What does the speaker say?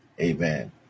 Amen